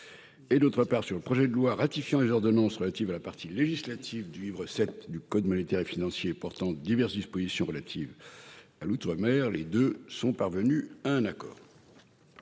menaces et sur le projet de loi ratifiant les ordonnances relatives à la partie législative du livre VII du code monétaire et financier et portant diverses dispositions relatives à l'outre-mer sont parvenues à un accord.